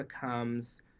becomes